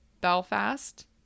Belfast